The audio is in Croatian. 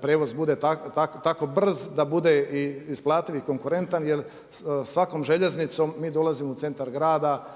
prijevoz bude tako brz, da bude isplativ i konkurentan jer svakom željeznicom mi dolazimo u centar grada